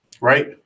Right